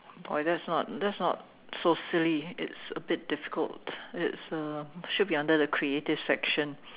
boy that's not that's not so silly it's a bit difficult it's um should be under the creative section